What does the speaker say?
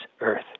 earth